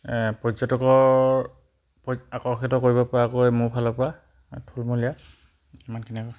পৰ্যটকৰ আকৰ্ষিত কৰিবপৰাকৈ মোৰ ফালৰপৰা থুলমূলীয়া ইমানখিনিয়ে কৈছে